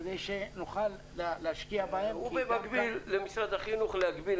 כדי שנוכל להשקיע בהן --- ובמקביל למשרד החינוך להגביל